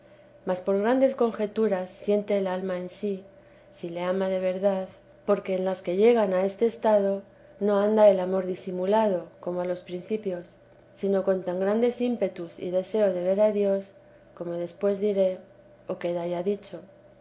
mas por grandes conjeturas siente el alma en si si le ama de verdad porteresa de que en las que llegan a este estado no anda el amor disimulado como a los principios sino con tan gran ímpetus y deseo de ver a dios como después din queda ya dicho